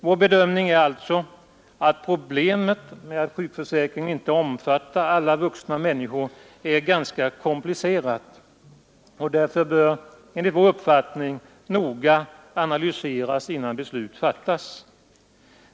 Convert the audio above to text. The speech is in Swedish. Vår bedömning är alltså att problemet med att sjukförsäkringen inte omfattar alla vuxna människor är ganska komplicerat och därför bör noga analyseras innan beslut fattas.